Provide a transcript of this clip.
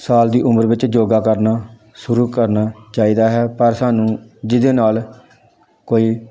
ਸਾਲ ਦੀ ਉਮਰ ਵਿੱਚ ਯੋਗਾ ਕਰਨਾ ਸ਼ੁਰੂ ਕਰਨਾ ਚਾਹੀਦਾ ਹੈ ਪਰ ਸਾਨੂੰ ਜਿਹਦੇ ਨਾਲ ਕੋਈ